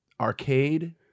Arcade